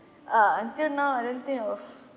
uh until now I don't think I will